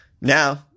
Now